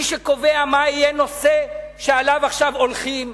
מי שקובע מה יהיה נושא שעליו הולכים עכשיו,